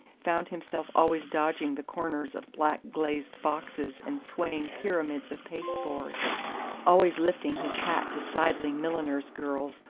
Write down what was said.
found himself always dodging the corners of black glazed boxes and swaying pyramids of pasteboard always lifting his hat to sidling milliners' girls,